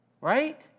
right